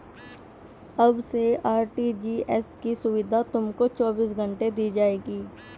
अब से आर.टी.जी.एस की सुविधा तुमको चौबीस घंटे दी जाएगी